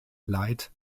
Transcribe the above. leid